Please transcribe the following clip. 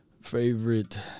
Favorite